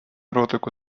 ротику